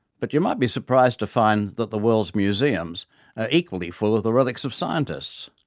but you might be surprised to find that the world's museums are equally full of the relics of scientists.